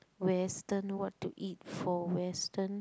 Western what to eat for Western